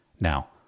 Now